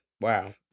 Wow